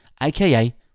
aka